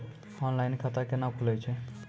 Online खाता केना खुलै छै?